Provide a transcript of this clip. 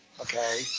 Okay